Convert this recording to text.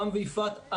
רם ויפעת,